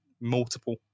multiple